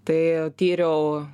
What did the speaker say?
tai tyriau